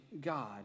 God